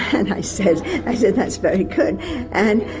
and i said i said that's very good and